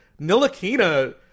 Nilakina